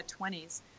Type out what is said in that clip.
20s